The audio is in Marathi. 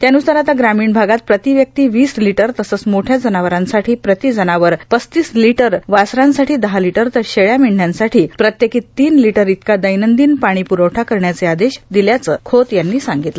त्यान्सार आता ग्रामीण भागात प्रतिव्यक्ती वीस लिटर तसंच मोठ्या जनावरांसाठी प्रती जनावर पस्तीस लिटर वासरांसाठी दहा लिटर तर शेळ्या मेंदृयांसाठी प्रत्येकी तीन लिटर इतका दैनंदिन पाणी प्रवठा करण्याचे आदेश दिल्याचं खोत यांनी सांगितलं